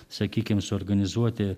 sakykim suorganizuoti